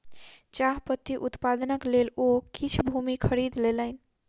चाह पत्ती उत्पादनक लेल ओ किछ भूमि खरीद लेलैन